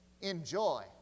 Enjoy